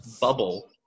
bubble